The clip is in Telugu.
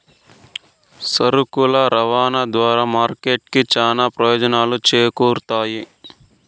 సరుకుల రవాణా ద్వారా మార్కెట్ కి చానా ప్రయోజనాలు చేకూరుతాయి